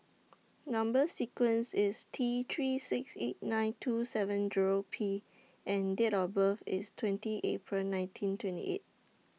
Number sequence IS T three six eight nine two seven Zero P and Date of birth IS twenty April nineteen twenty eight